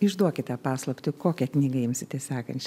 išduokite paslaptį kokią knygą imsite sekančią